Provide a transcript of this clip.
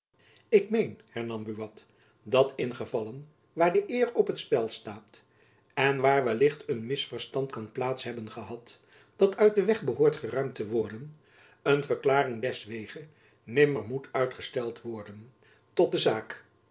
ik meen hernam buat dat in gevallen waar de eer op het spel staat en waar wellicht een misverstand kan plaats hebben gehad dat uit den weg behoort geruimd te worden een verklaring deswege nimmer moet uitgesteld worden tot de zaak